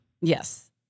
Yes